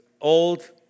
old